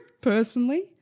personally